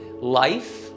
life